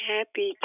Happy